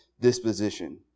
disposition